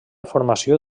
formació